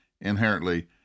inherently